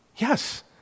Yes